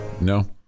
No